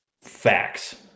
facts